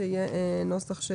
שיהיה נוסח.